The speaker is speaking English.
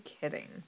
kidding